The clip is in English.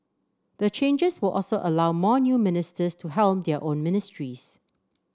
the changes will also allow more new ministers to helm their own ministries